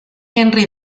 henry